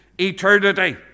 eternity